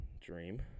Dream